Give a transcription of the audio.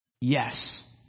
Yes